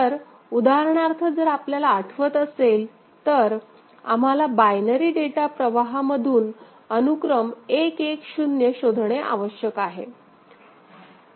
तर उदाहरणार्थ जर आपल्याला आठवत असेल तर आम्हाला बायनरी डेटा प्रवाहामधून अनुक्रम 110 शोधणे आवश्यक आहे